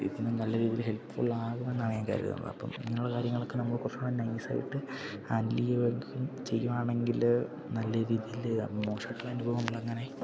ഇതിലും നല്ല രീതില് ഹെൽപ്ഫുള്ളാകുമെന്നാണ് ഞാൻ കരുതുന്നത് അപ്പം ഇങ്ങനെയുള്ള കാര്യങ്ങളൊക്കെ നമ്മള് കുറച്ചുകൂടെ നൈസായിട്ട് ഹാൻഡില് ചെയ്യുകയാണെങ്കില് നല്ല രീതിയില് മോശമായിട്ടുള്ള അനുഭവങ്ങളങ്ങനെ